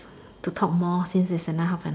to talk more since its another half an hour